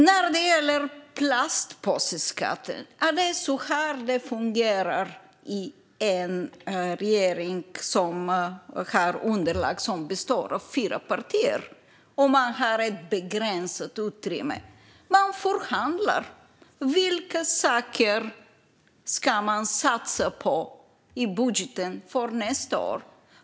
När det gäller plastpåseskatten fungerar det så i en regering med ett underlag bestående av fyra partier att man har ett begränsat utrymme och förhandlar om vilka saker man ska satsa på i budgeten för nästa år.